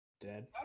Dead